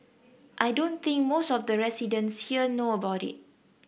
I don't think most of the residents here know about it